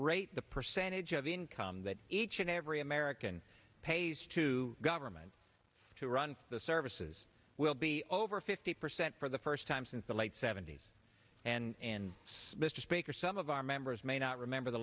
rate the percentage of income that each and every american pays to government to run the services will be over fifty percent for the first time since the late seventy's and mr speaker some of our members may not remember the